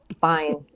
fine